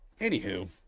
Anywho